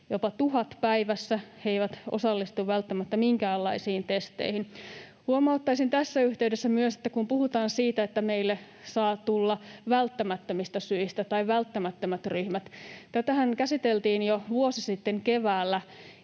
jopa tuhat päivässä. He eivät osallistu välttämättä minkäänlaisiin testeihin. Huomauttaisin tässä yhteydessä myös, että kun puhutaan siitä, että meille saa tulla ”välttämättömistä syistä” tai ”välttämättömät ryhmät” — tätähän käsiteltiin jo vuosi sitten keväällä,